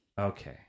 Okay